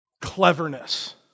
cleverness